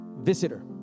visitor